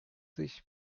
sich